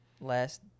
last